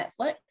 Netflix